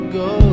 go